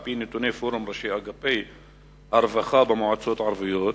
על-פי נתוני פורום ראשי אגפי הרווחה במועצות הערביות,